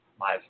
live